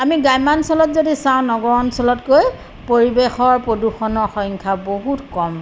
আমি গ্ৰাম্যাঞ্চলত যদি চাওঁ নগৰ অঞ্চলতকৈ পৰিৱেশৰ প্ৰদূষণৰ সংখ্যা বহুত কম